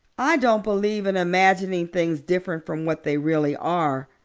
i don't believe in imagining things different from what they really are,